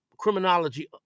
Criminology